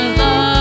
love